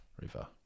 River